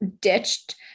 ditched